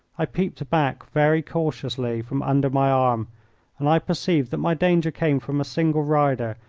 i peeped back very cautiously from under my arm and i perceived that my danger came from a single rider,